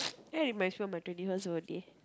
eh they might as well my twenty first birthday